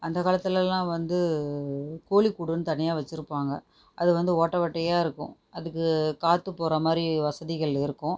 அந்த காலத்துலெல்லாம் வந்து கோழிக் கூடுன்னு தனியாக வச்சுருப்பாங்க அது வந்து ஓட்டை ஓட்டையாக இருக்கும் அதுக்கு காற்று போகிற மாதிரி வசதிகள் இருக்கும்